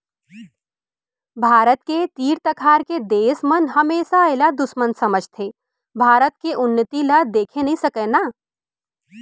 भारत के तीर तखार के देस मन हमेसा एला दुस्मन समझथें भारत के उन्नति ल देखे नइ सकय ना